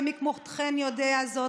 ומי כמוכם יודע זאת,